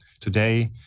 today